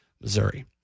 Missouri